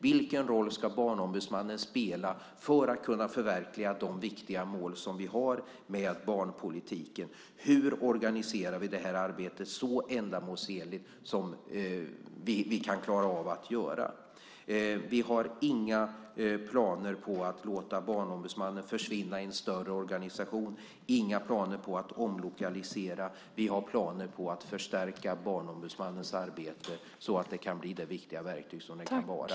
Vilken roll ska Barnombudsmannen spela för att kunna förverkliga de viktiga mål som vi har med barnpolitiken? Hur organiserar vi det här arbetet så ändamålsenligt som möjligt? Vi har inga planer på att låta Barnombudsmannen försvinna i en större organisation och inga planer på att omlokalisera. Vi har planer på att förstärka Barnombudsmannens arbete, så att det kan bli det viktiga verktyg som det kan vara.